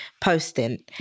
posting